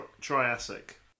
Triassic